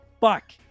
Fuck